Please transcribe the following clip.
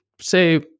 say